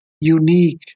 unique